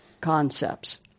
concepts